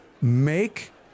make